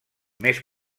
més